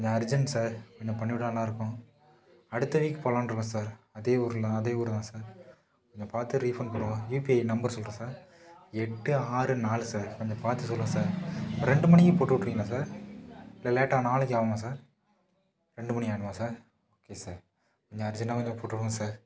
கொஞ்சம் urgent sir கொஞ்சம் பண்ணி விட்டா நல்லாயிருக்கும் அடுத்த வீக் போகலான்னு இருக்கோம் சார் அதே ஊரில் அதே ஊர்தான் சார் கொஞ்சம் பார்த்து ரீஃபண்ட் கொடுங்க யூபிஐ நம்பர் சொல்கிறேன் சார் எட்டு ஆறு நாலு சார் கொஞ்சம் பார்த்து சொல்லுங்க சார் ஒரு ரெண்டு மணிக்கு போட்டு விட்ருவீங்களா சார் இல்லை லேட்டாக நாளைக்கு ஆகுமா சார் ரெண்டு மணி ஆகுமா சார் ஓகே சார் கொஞ்சம் அர்ஜென்ட்டாக கொஞ்சம் போட்டு விடுங்க சார்